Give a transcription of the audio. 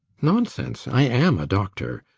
nonsense. i am a doctor.